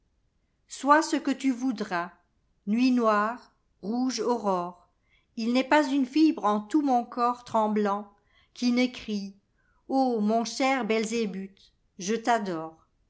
sois ce que tu voudras nuit noire rouge aurore il n'est pas une fibre en tout mon corps tremblantqui ne crie mon cher belzèbuthy je t'adore